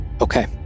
Okay